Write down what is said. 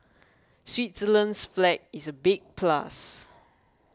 Switzerland's flag is a big plus